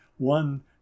one